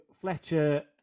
Fletcher